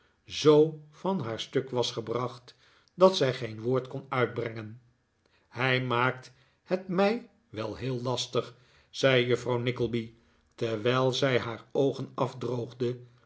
zoo van haar stuk was gebracht dat zij geen woord kon uitbrengen hij maakt het mij wel heel lastig zei juffrouw nickleby terwijl zij haar oogen afdroogde